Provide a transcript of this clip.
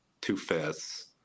two-fifths